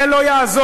זה לא יעזור.